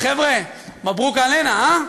חבר'ה, מברוכ עלינא, אה?